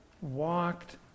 walked